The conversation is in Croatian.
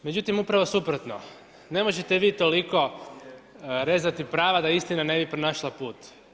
Međutim, upravo suprotno, ne možete vi toliko rezati prava da istina ne bi pronašla put.